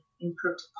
improved